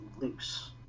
loose